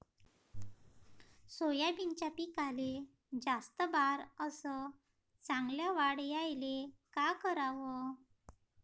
सोयाबीनच्या पिकाले जास्त बार अस चांगल्या वाढ यायले का कराव?